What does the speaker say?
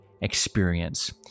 experience